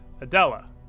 Adela